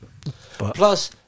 Plus